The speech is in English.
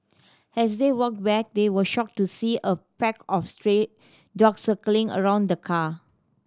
as they walked back they were shocked to see a pack of stray dogs circling around the car